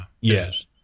yes